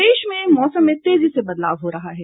प्रदेश में मौसम में तेजी से बदलाव हो रहा है